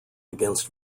against